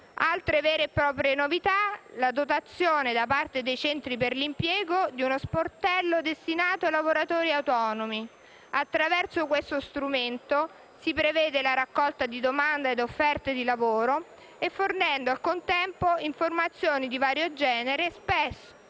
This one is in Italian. Altra vera e propria novità, la dotazione da parte dei centri per l'impiego di uno sportello destinato ai lavoratori autonomi: attraverso questo strumento si prevede la raccolta di domande e offerte di lavoro, fornendo al contempo informazioni di vario genere, specie sull'accesso